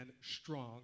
strong